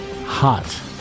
hot